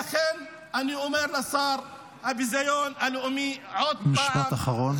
לכן אני אומר לשר הביזיון הלאומי עוד פעם -- משפט אחרון.